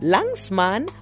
Langsman